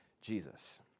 Jesus